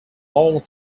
long